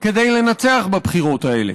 כדי לנצח בבחירות האלה.